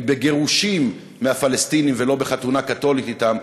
בגירושים מהפלסטינים ולא בחתונה קתולית אתם,